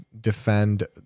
defend